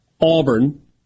Auburn